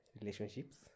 relationships